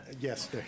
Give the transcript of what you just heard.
yes